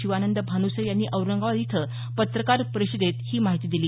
शिवानंद भानुसे यांनी औरंगाबाद इथं पत्रकार परिषदेत ही माहिती दिली